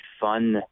fun